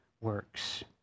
works